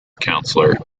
councillor